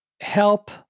help